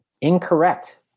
Incorrect